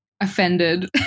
offended